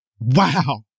Wow